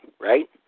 right